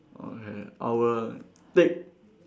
okay I would take